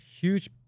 huge